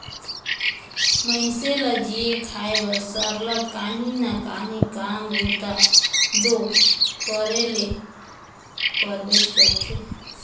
मइनसे ल जीए खाए बर सरलग काहीं ना काहीं काम बूता दो करे ले परबेच करथे